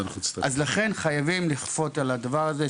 לכן חייבים לכפות שהפרמדיק,